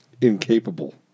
incapable